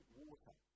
water